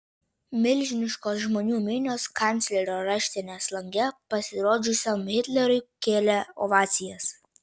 milžiniškos žmonių minios kanclerio raštinės lange pasirodžiusiam hitleriui kėlė ovacijas